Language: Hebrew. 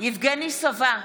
יבגני סובה,